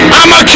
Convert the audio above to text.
I'ma